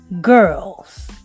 girls